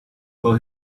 for